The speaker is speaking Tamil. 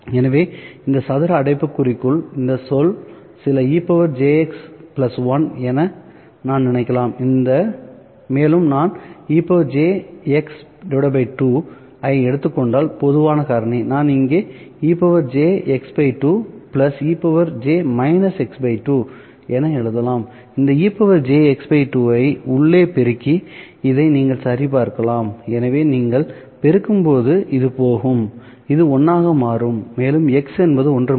எனவே இந்த சதுர அடைப்புக்குறிக்குள் இந்த சொல் சில என நான் நினைக்கலாம் மேலும் நான் ஐ எடுத்துக் கொண்டால் பொதுவான காரணி நான் இங்கே என எழுதலாம் இந்த ஐ உள்ளே பெருக்கி இதை நீங்கள் சரிபார்க்கலாம்எனவே நீங்கள் பெருக்கும்போதுஇது போகும் இது 1 ஆக மாறும்மேலும் x என்பது ஒன்றுமில்லை